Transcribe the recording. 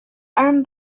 arm